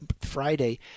Friday